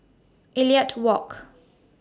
Elliot Walk